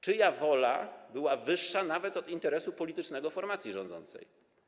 Czyja wola była ważniejsza nawet od interesu politycznego formacji rządzącej?